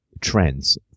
trends